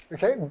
Okay